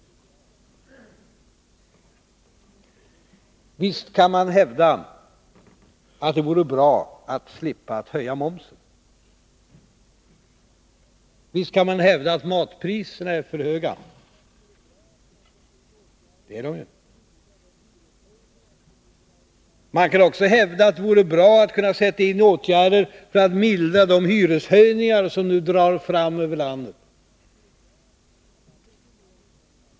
Onsdagen den Visst kan man hävda att det vore bra att slippa höja momsen. 15 december 1982 Visst kan man hävda att matpriserna är för höga. Det är de ju. Men man kan också hävda att det vore bra att kunna sätta in åtgärder för Upphävande av att mildra de hyreshöjningar som nu drar fram över landet.